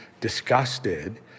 disgusted